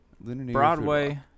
Broadway